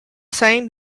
same